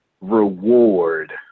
reward